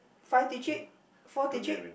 five digit four digit